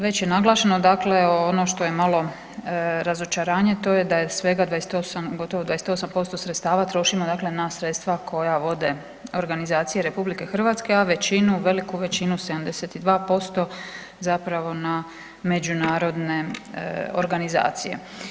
Već je naglašeno, dakle ono što je malo razočaranje to je da je svega 28, gotovo 28% sredstava trošimo dakle na sredstva koje vode organizacije RH a većinu, veliku većinu 72% zapravo na međunarodne organizacije.